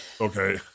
okay